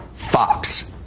Fox